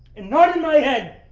and not my head!